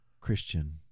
Christian